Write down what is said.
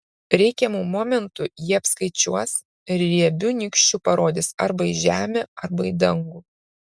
reikiamu momentu jie apskaičiuos ir riebiu nykščiu parodys arba į žemę arba į dangų